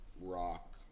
rock